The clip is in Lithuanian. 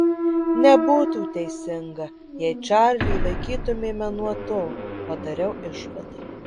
nebūtų teisinga jei čarlį laikytumėme nuo to padariau išvadą